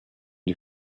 die